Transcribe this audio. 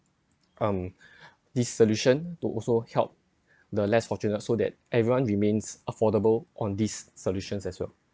um this solution to also help the less fortunate so that everyone remains affordable on these solutions as well